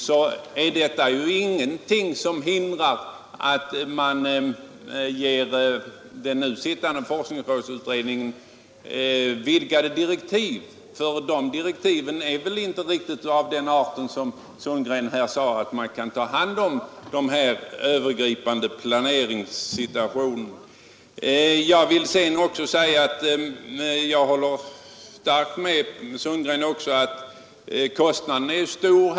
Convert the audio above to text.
Men det är ju ingenting som hindrar att man ger den sittande forskningsrådsutredningen vidgade direktiv. De nu gällande direktiven är väl inte riktigt av den arten att utredningen kan ta upp de övergripande planeringsfrågorna. Jag håller också med herr Sundgren om att kostnaderna är stora.